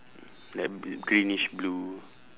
then bl~ greenish blue